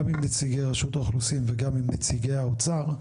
גם עם נציגי רשות האוכלוסין וגם עם נציגי האוצר,